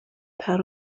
pat